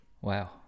Wow